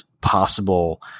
possible